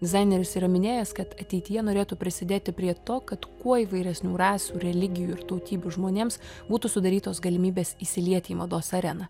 dizaineris yra minėjęs kad ateityje norėtų prisidėti prie to kad kuo įvairesnių rasių religijų ir tautybių žmonėms būtų sudarytos galimybės įsilieti į mados areną